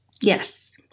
Yes